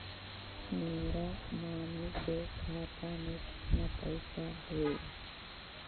मेरा मामी के खाता में कितना पैसा हेउ?